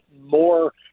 more